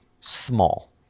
small